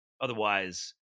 otherwise